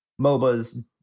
mobas